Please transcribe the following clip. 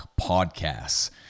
podcasts